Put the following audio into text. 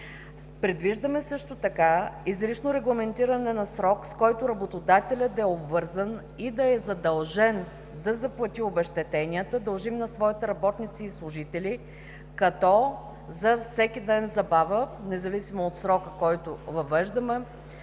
Предвиждаме също така изричното регламентиране на срок, с който работодателят да е обвързан и да е задължен да заплати обезщетенията, дължими на своите работници и служители, като за всеки ден забавяне независимо от срока, който въвеждаме,